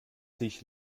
dich